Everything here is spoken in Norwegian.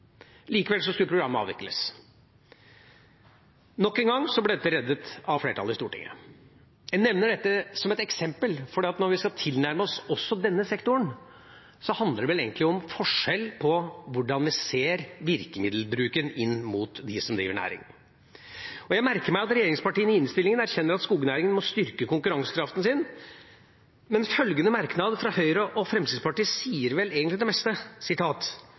skulle programmet avvikles. Nok en gang ble dette reddet av flertallet i Stortinget. Jeg nevner dette som et eksempel, for når vi skal tilnærme oss også denne sektoren, handler det vel egentlig om forskjell på hvordan vi ser virkemiddelbruken inn mot dem som driver næring. Jeg merker meg at regjeringspartiene i innstillinga erkjenner at skognæringen må styrke konkurransekraften sin, men følgende merknad fra Høyre og Fremskrittspartiet sier vel egentlig det